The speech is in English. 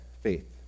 faith